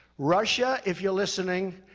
russia, if you're listening,